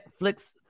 Netflix